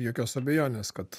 jokios abejonės kad